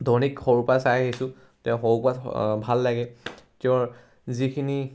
ধনিক সৰুৰ পৰা চাই আহিছোঁ তেওঁক সৰুৰপৰা ভাল লাগে তেওঁৰ যিখিনি